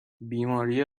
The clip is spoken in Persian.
بیماری